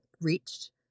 reached